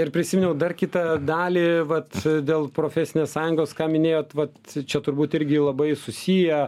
ir prisiminiau dar kitą dalį vat dėl profesinės sąjungos ką minėjot vat čia turbūt irgi labai susiję